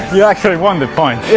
yeah actually won the point.